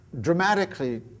dramatically